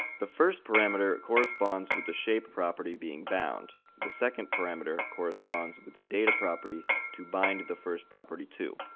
the first parameter corresponds with the shape property being bound the second parameter corresponds with the data property to bind the first property to.